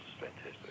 fantastic